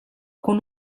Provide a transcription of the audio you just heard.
con